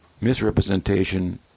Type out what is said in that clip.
misrepresentation